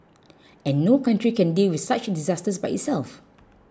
and no country can deal with such disasters by itself